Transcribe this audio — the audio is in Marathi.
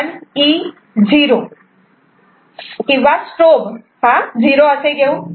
आपण E 0 किंवा स्ट्रोब 0 असे घेऊ